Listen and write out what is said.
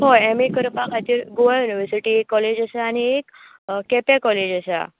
हय M A करपा खातीर गोवा युनिवर्सिटी एक कॉलेज आसा आनी एक केपे कॉलेज आसा